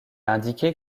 indiqué